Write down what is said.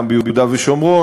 גם ביהודה ושומרון,